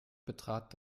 betrat